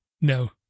no